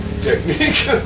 technique